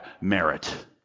merit